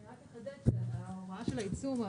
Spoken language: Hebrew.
אני רק אחדד שההוראה של העיצום,